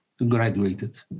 graduated